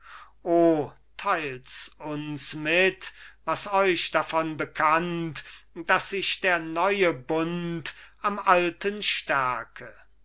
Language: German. teilt's uns mit was euch davon bekannt dass sich der neue bund am alten stärke